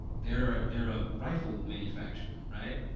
they're a they're a rifle manufacturer, right?